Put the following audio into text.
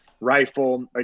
rifle